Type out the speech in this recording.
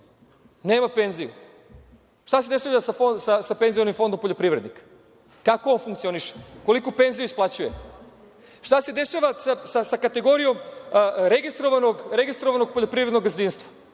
nema penziju. Šta se dešava sa penzionim fondom u poljoprivredi? Kako on funkcioniše? Koliku penziju isplaćuje? Šta se dešava sa kategorijom registrovanog poljoprivrednog gazdinstva?